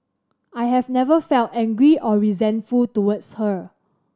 I have never felt angry or resentful towards her